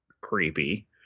creepy